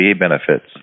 benefits